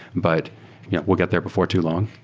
but we'll get there before too long.